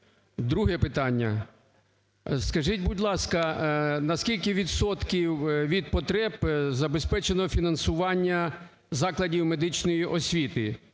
Друге питання. Скажіть, будь ласка, на скільки відсотків від потреб забезпечено фінансування закладів медичної освіти?